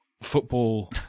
football